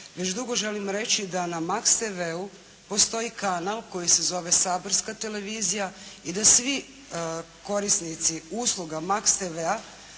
već dugo želim reći da na Max TV-u postoji kanal koji se zove saborska televizija i da svi korisnici usluga Max TV-a